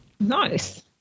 Nice